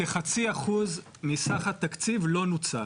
0.5% מסך התקציב לא נוצל.